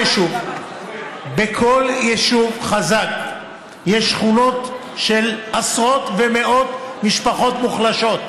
בכל יישוב חזק יש שכונות של עשרות ומאות משפחות מוחלשות.